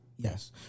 Yes